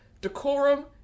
decorum